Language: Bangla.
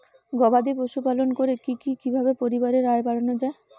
গবাদি পশু পালন করে কি কিভাবে পরিবারের আয় বাড়ানো যায়?